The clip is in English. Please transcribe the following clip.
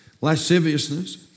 lasciviousness